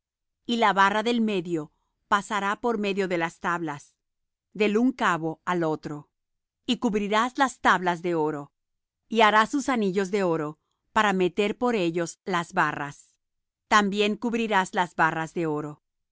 que la barra del medio pasase por medio de las tablas del un cabo al otro y cubrió las tablas de oro é hizo de oro los anillos de ellas por donde pasasen las barras cubrió también de oro las barras